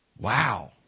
Wow